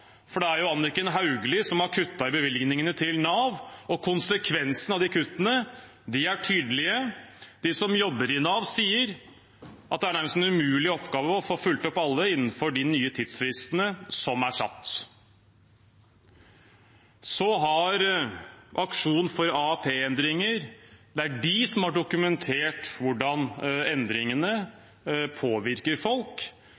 og konsekvensene av de kuttene er tydelige. De som jobber i Nav, sier at det er en nærmest umulig oppgave å få fulgt opp alle innenfor de nye tidsfristene som er satt. Aksjon for AAP-endringer har dokumentert hvordan endringene påvirker folk. De har dokumentert